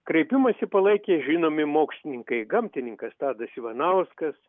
kreipimąsi palaikė žinomi mokslininkai gamtininkas tadas ivanauskas